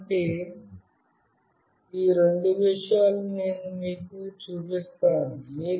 కాబట్టి ఈ రెండు విషయాలు నేను మీకు చూపిస్తాను